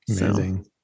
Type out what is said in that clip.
Amazing